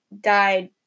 died